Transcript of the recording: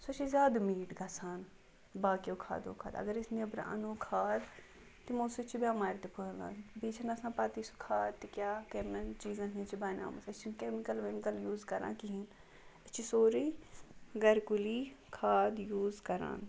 سۄ چھےٚ زیادٕ میٖٹھ گژھان باقٕیو کھادو کھۄتہٕ اگر أسۍ نٮ۪برٕ اَنو کھاد تِمو سۭتۍ چھِ بٮ۪مارِ تہِ پھٲلان بیٚیہِ چھَنہٕ آسان پَتہٕ ہٕے سُہ کھاد تہِ کیٛاہ کیٚمَن چیٖزَن ہِنٛز چھِ بَنیمٕژ أسۍ چھِنہٕ کیٚمِکَل ویٚمِکَل یوٗز کَران کِہیٖنۍ أسۍ چھِ سورُے گَرکُلی کھاد یوٗز کَران